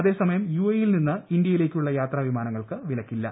അതേസമയം യുഎഇ യിൽ നിന്ന് ഇന്തൃയിലേക്കുള്ള യാത്രാവിമാനങ്ങൾക്ക് വിലക്കില്ല്